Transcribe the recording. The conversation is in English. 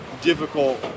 difficult